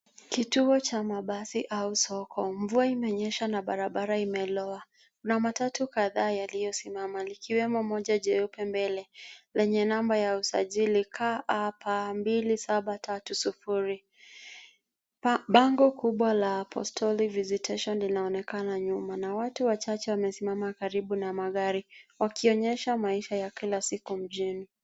Kituo cha mabasi au soko. Mvua imenyesha na barabara imeloa. Kuna matatu kadhaa yaliyosimama likiwemo moja jeupe mbele lenye namba ya usajili KAP 273O. Bango kubwa la Apostolic Visitation linaonekana nyuma na watu wachache wamesimama karibu na magari wakionyesha maisha ya kila siku mjini.